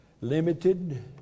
limited